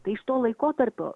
tai iš to laikotarpio